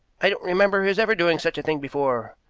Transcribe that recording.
i don't remember his ever doing such a thing before.